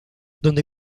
donde